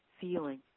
feeling